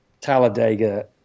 Talladega